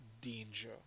danger